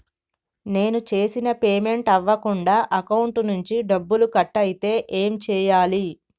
నేను చేసిన పేమెంట్ అవ్వకుండా అకౌంట్ నుంచి డబ్బులు కట్ అయితే ఏం చేయాలి?